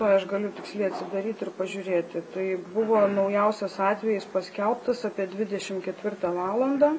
tuoj aš galiu tiksliai atsidaryt ir pažiūrėti tai buvo naujausias atvejis paskelbtas apie dvidešim ketvirtą valandą